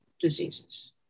diseases